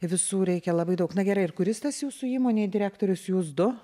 visų reikia labai daug na gerai ir kuris tas jūsų įmonėj direktorius jūs du